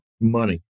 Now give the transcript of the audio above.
money